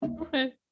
Okay